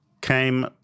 came